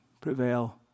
prevail